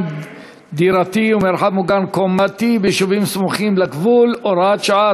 דירתי ומרחב מוגן קומתי ביישובים סמוכים לגבול (הוראת שעה),